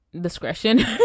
discretion